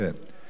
כן.